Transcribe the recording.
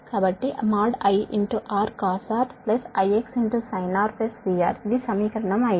కాబట్టి |I| R cos R IX sin R VR ఇది సమీకరణం 5